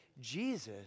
Jesus